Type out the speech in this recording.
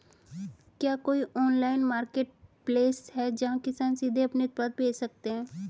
क्या कोई online marketplace है जहां किसान सीधे अपने उत्पाद बेच सकते हैं?